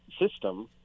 system